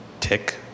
tick